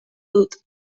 dut